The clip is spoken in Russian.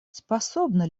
способна